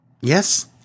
Yes